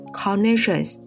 carnations